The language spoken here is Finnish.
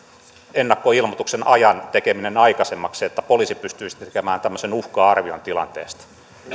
ennakkoilmoituksen ajan tekeminen aikaisemmaksi että poliisi pystyisi tekemään tämmöisen uhka arvion tilanteesta